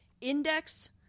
index